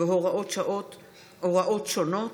והוראות שונות)